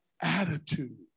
attitude